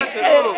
מה זה קשור?